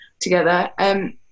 together